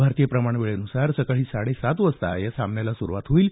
भारतीय प्रमाण वेळेनुसार सकाळी साडे सात वाजता सामन्याला सुरुवात होईल